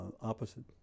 Opposite